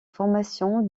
formation